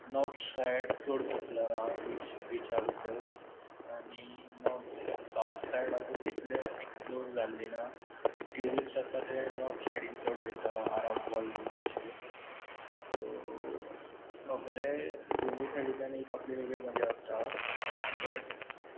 north side चड popular आहा beach बिचा भितर आनी साउथ सायड आजून तितले एक्सप्लोर जाल्ली ना ट्युरिस्ट आसता ते नोर्थ सायडीन चड वयता आरांबोल बीन तशे सो सगळे दोनीय सायडीच्यान एक आपली वेगळी मजा आसता बट